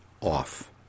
off